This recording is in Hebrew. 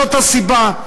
זאת הסיבה.